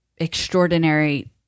Extraordinary